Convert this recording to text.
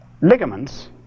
ligaments